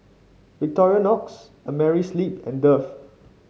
Victorinox Amerisleep and Dove